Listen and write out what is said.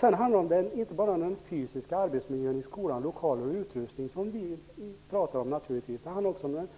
Det handlar inte bara om den fysiska arbetsmiljön i skolan, t.ex. lokaler och utrustning. Det handlar också om den